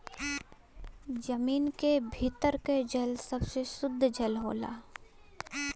जमीन क भीतर के जल सबसे सुद्ध जल होला